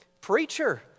preacher